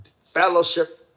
fellowship